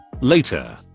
later